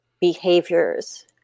behaviors